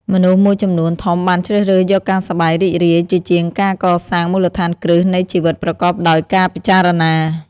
មនុស្សមួយចំនួនធំបានជ្រើសរើសយកការសប្បាយរីករាយ ជាជាងការកសាងមូលដ្ឋានគ្រឹះនៃជីវិតប្រកបដោយការពិចារណា។